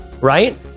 right